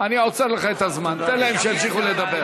אני עוצר לך את הזמן, תן להם שימשיכו לדבר.